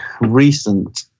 recent